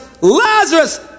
Lazarus